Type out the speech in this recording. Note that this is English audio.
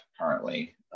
currently